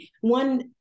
one